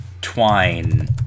twine